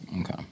okay